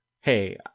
hey